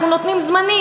אנחנו נותנים זמנים,